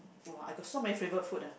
!wah! I got so many favourite food ah